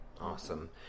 Awesome